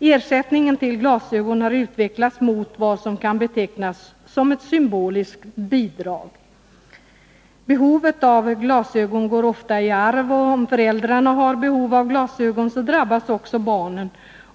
Ersättningen för anskaffande av glasögon har utvecklats mot vad som kan betecknas som ett symboliskt bidrag. Behovet av glasögon går ofta i arv. Om föräldrarna har behov av glasögon, drabbas också barnen.